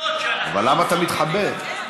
למה אתה מתחבא?